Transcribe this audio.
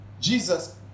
Jesus